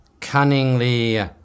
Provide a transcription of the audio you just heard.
cunningly